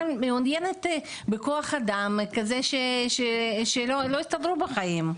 מעוניינת בכוח אדם כזה שלא יסתדרו בחיים,